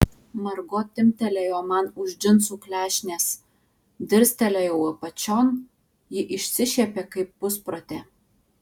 margo timptelėjo man už džinsų klešnės dirstelėjau apačion ji išsišiepė kaip pusprotė